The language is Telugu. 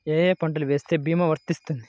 ఏ ఏ పంటలు వేస్తే భీమా వర్తిస్తుంది?